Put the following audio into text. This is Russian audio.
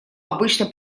обычно